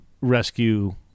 rescue